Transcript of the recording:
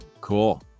Cool